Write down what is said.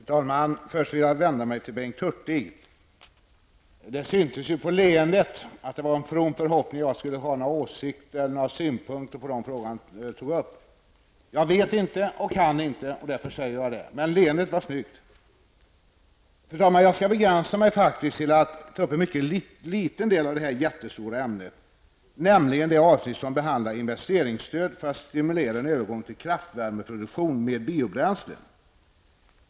Fru talman! Först vill jag vända mig till Bengt Hurtig. Det syntes ju på leendet att det var en from förhoppning att jag skulle ha några åsikter eller några synpunkter på de frågor han tog upp. Jag vet inte och jag kan inte, och därför säger jag det. Men leendet var snyggt. Fru talman! Jag skall begränsa mig till att ta upp en liten del av det här jättestora ämnet, nämligen det avsnitt som behandlar investeringsstöd för att stimulera en övergång till kraftvärmeproduktion med biobränsle.